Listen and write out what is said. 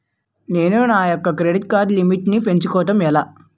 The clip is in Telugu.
నేను నా యెక్క క్రెడిట్ కార్డ్ లిమిట్ నీ పెంచుకోవడం ఎలా?